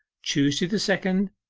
tuesday the second,